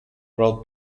pro